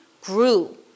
grew